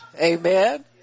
Amen